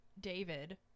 David